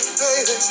baby